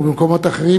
ובמקומות אחרים,